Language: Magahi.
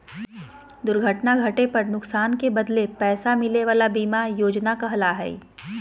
दुर्घटना घटे पर नुकसान के बदले पैसा मिले वला बीमा योजना कहला हइ